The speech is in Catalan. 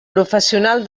professional